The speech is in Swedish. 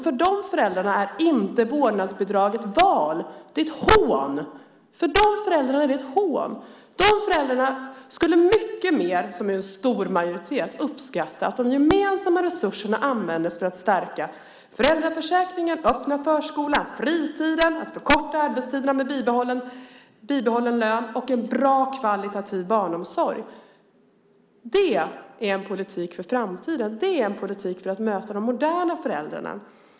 För de föräldrarna är inte vårdnadsbidraget ett val. Det är ett hån. För de föräldrarna är det ett hån. De föräldrarna som är en stor majoritet skulle mycket mer uppskatta att de gemensamma resurserna användes för att stärka föräldraförsäkringen, för öppna förskolan, för fritiden, för att förkorta arbetstiderna med bibehållen lön och för en bra kvalitativ barnomsorg. Det är en politik för framtiden. Det är en politik för att möta de moderna föräldrarna.